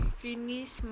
finish